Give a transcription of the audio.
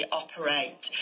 operate